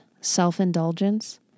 self-indulgence